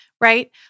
right